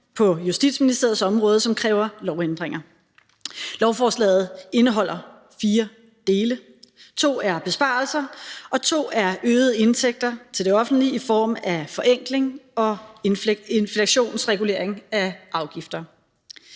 på Justitsministeriets område, som kræver lovændringer. Lovforslaget indeholder fire dele. To omhandler besparelser, og to omhandler øgede indtægter til det offentlige i form af forenkling og inflationsregulering af afgifter.